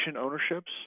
ownerships